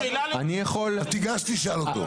שאלה ל --- אז תיגש תשאל אותו.